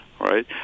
right